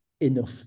enough